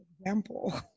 example